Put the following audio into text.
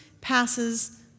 passes